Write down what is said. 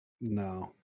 No